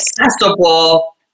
accessible